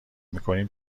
میکنیم